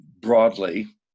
broadly